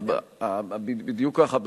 נכון, נכון, בדיוק כך.